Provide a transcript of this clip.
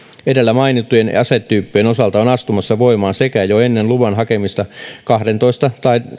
edellä mainittujen asetyyppien osalta on astumassa voimaan sekä jo ennen luvan hakemista kaksitoista tai